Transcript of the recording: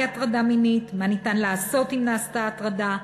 הטרדה מינית ומה ניתן לעשות אם נעשתה הטרדה.